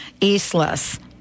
Eastless